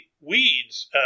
weeds